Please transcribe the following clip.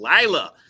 Lila